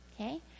Okay